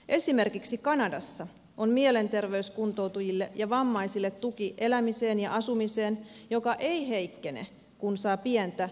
esimerkiksi kanadassa on mielenterveyskuntoutujille ja vammaisille tuki elämiseen ja asumiseen joka ei heikkene kun saa pientä työpalkkaa